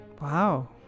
Wow